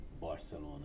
Barcelona